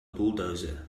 bulldozer